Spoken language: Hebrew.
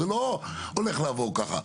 זה לא הולך לעבור ככה.